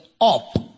up